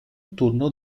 turno